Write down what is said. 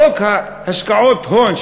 חוק השקעות הון,